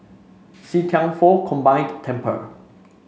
See Thian Foh Combined Temple